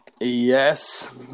yes